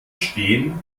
stehen